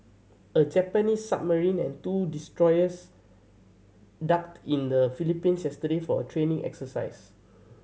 a Japanese submarine and two destroyers docked in the Philippines yesterday for a training exercise